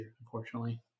unfortunately